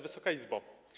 Wysoka Izbo!